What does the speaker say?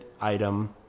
item